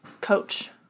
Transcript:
coach